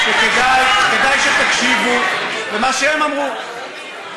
כדאי שתקשיבו למה שהם אמרו,